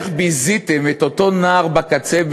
איך ביזיתם את אותו נער בקצה,